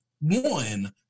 one